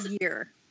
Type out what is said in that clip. year